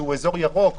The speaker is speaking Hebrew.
שהוא אזור ירוק,